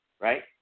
right